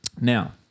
Now